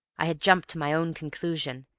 i had jumped to my own conclusion,